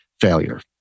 failure